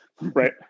right